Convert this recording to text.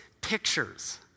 pictures